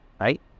right